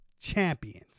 champions